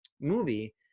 movie